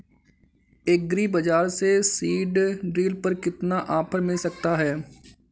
Agree बाजार से seed drill पर कितना ऑफर मिल सकता है?